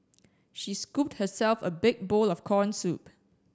she scooped herself a big bowl of corn soup